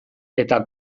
eta